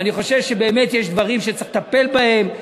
ואני חושב שבאמת יש דברים שצריך לטפל בהם,